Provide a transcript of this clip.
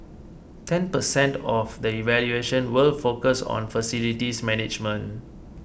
ten percent of the evaluation will focus on facilities management